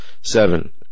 Seven